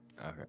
Okay